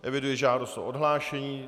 Eviduji žádost o odhlášení.